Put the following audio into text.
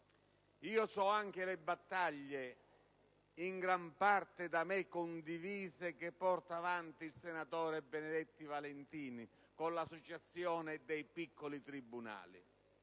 Conosco anche le battaglie, in gran parte da me condivise, portate avanti dal senatore Benedetti Valentini con l'associazione dei piccoli tribunali.